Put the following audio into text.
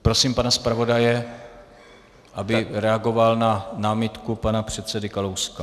Prosím pana zpravodaje, aby reagoval na námitku pana předsedy Kalouska.